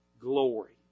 Glory